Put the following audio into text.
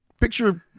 picture